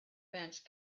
bench